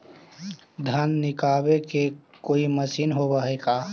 धान निकालबे के कोई मशीन होब है का?